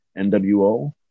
NWO